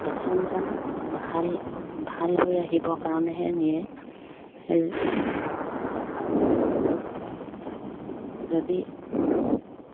পেচেণ্টজন ভাল ভাল হৈ আহিবৰ কাৰণেহে নিয়ে সেই যদি